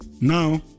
Now